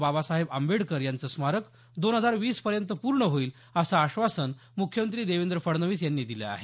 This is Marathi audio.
बाबासाहेब आंबेडकर यांचं स्मारक दोन हजार वीस पर्यंत पूर्ण होईल असं आश्वासन मुख्यमंत्री देवेंद्र फडणवीस यांनी दिलं आहे